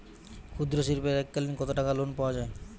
ক্ষুদ্রশিল্পের এককালিন কতটাকা লোন পাওয়া য়ায়?